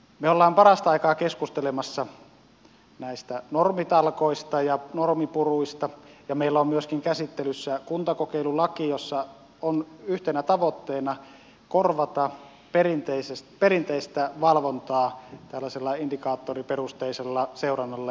me olemme parasta aikaa keskustelemassa näistä normitalkoista ja normipuruista ja meillä on myöskin käsittelyssä kuntakokeilulaki jossa on yhtenä tavoitteena korvata perinteistä valvontaa tällaisella indikaattoriperusteisella seurannalla ja valvonnalla